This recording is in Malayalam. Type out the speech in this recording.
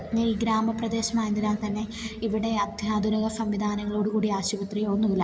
പിന്നെ ഈ ഗ്രാമപ്രദേശമായതിനാൽ തന്നെ ഇവിടെ അത്യാധുനിക സംവിധാനങ്ങളോടു കൂടി ആശുപത്രി ഒന്നുമില്ല